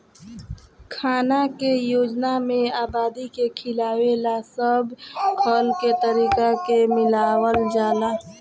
खाना के योजना में आबादी के खियावे ला सब खल के तरीका के मिलावल जाला